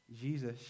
Jesus